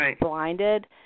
blinded